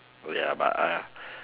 oh ya but !aiya!